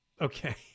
Okay